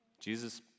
Jesus